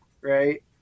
right